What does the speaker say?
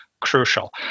crucial